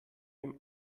dem